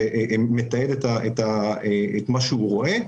מתעד את מה שהוא רואה,